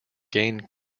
gained